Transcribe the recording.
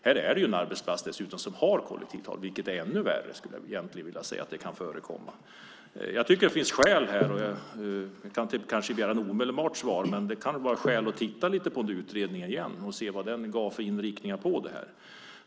Här handlar det om en arbetsplats som har kollektivavtal vilket egentligen är ännu värre. Även om jag kanske inte kan begära ett omedelbart svar kan det vara skäl att titta lite på utredningen igen och se hur inriktningen ser ut.